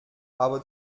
aber